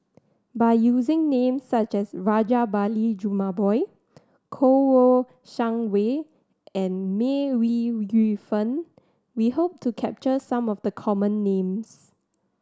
by using names such as Rajabali Jumabhoy Kouo Shang Wei and May Ooi Yu Fen we hope to capture some of the common names